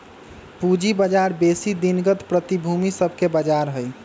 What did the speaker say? पूजी बजार बेशी दिनगत प्रतिभूति सभके बजार हइ